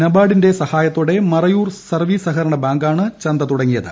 നബാർഡ്ടിന്റെ സഹായത്തോടെ മറയൂർ സർവീസ് സഹകരണ ബാങ്കാണ് പ്ലന്ത് തുടങ്ങിയത്